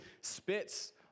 spits